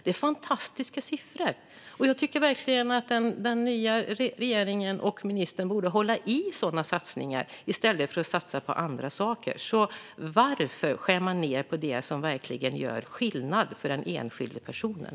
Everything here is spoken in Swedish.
Det är fantastiska siffror, och jag tycker verkligen att den nya regeringen och ministern borde hålla fast vid sådana satsningar i stället för att satsa på andra saker. Jag vill fråga: Varför skär man ned på det som verkligen gör skillnad för den enskilda personen?